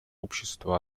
общества